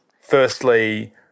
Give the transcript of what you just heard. Firstly